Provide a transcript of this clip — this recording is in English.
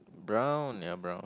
brown ya brown